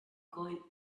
going